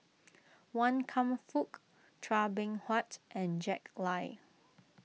Wan Kam Fook Chua Beng Huat and Jack Lai